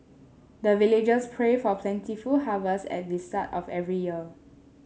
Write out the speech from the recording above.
the villagers pray for plentiful harvest at the start of every year